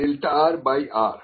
delta r by r